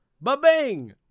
Ba-Bang